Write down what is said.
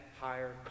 higher